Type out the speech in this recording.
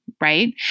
right